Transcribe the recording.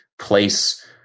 place